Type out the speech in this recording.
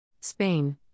Spain